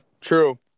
true